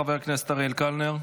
חבר הכנסת אראל קלנר,